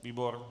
Výbor?